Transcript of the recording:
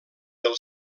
del